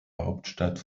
hauptstadt